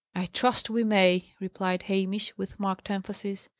i trust we may! replied hamish, with marked emphasis.